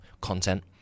content